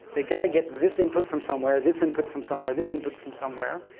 they got to get this input from somewhere, this input from somewhere, this input from somewhere.